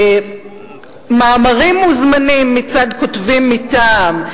מאמרים מוזמנים מצד כותבים מטעם,